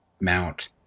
Mount